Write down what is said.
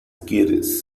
quieres